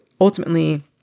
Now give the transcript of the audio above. ultimately